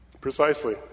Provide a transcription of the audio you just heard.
Precisely